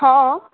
हँ